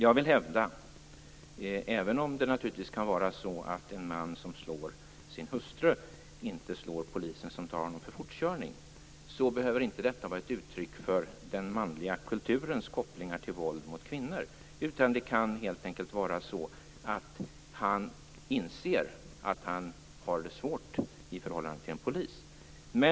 Jag vill hävda - även om det naturligtvis kan vara så - att detta att en man som slår sin hustru inte slår polisen som tar honom för fortkörning inte behöver vara ett uttryck för den manliga kulturens kopplingar till våld mot kvinnor, utan det kan helt enkelt vara så att han inser att han har det svårt i förhållandet till en polis.